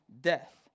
death